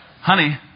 Honey